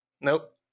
Nope